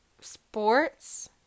sports